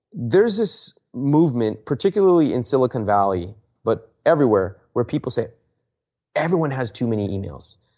there is this movement, particularly in silicon valley but everywhere, where people say everyone has too many emails.